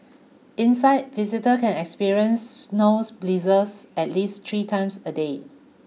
inside visitor can experience snows blizzards at least three times a day